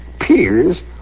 peers